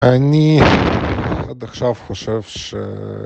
אני עכשיו חושב ש...